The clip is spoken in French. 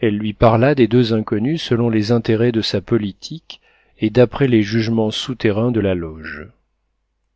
elle lui parla des deux inconnues selon les intérêts de sa politique et d'après les jugements souterrains de la loge